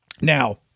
Now